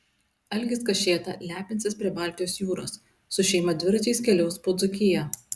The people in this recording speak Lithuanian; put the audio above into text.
algis kašėta lepinsis prie baltijos jūros su šeima dviračiais keliaus po dzūkiją